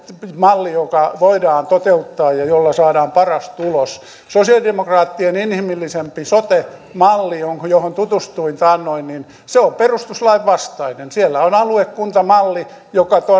malli joka voidaan toteuttaa ja jolla saadaan paras tulos sosiaalidemokraattien inhimillisempi sote malli johon tutustuin taannoin on perustuslain vastainen siellä on aluekuntamalli josta